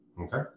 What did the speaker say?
Okay